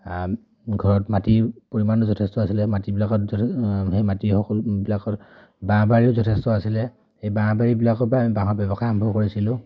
ঘৰত মাটিৰ পৰিমাণো যথেষ্ট আছিলে মাটিবিলাকত যথেষ্ট সেই মাটিবিলাকত বাঁহ বাৰীও যথেষ্ট আছিলে সেই বাঁহ বাৰীবিলাকৰ পৰা আমি বাঁহৰ ব্যৱসায় আৰম্ভ কৰিছিলোঁ